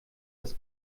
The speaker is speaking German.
das